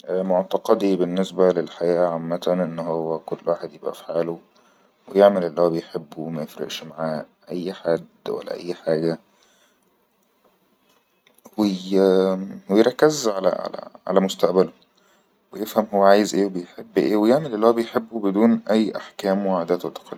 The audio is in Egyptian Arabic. معتقدي بالنسبة للحياة عمتن انه هو كل واحد يبقى في حاله ويعمل ال هو بيحبه وما يفرقش معا أي حد ولا أي حاجةهو يركز على-علي مستقبله ويفهم هو عايز ايه وبيحب ايه ويعمل الي هو بيحبه بدون اي احكام وعادات و تقليد